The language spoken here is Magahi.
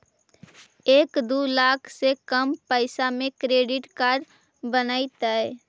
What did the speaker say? एक दू लाख से कम पैसा में क्रेडिट कार्ड बनतैय?